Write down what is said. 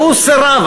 והוא סירב,